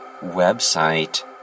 website